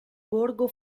borgo